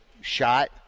shot